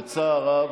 בצער רב,